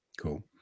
Cool